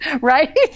Right